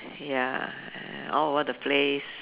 ya all over the place